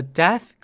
death